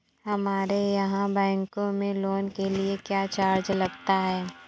हमारे यहाँ बैंकों में लोन के लिए क्या चार्ज लगता है?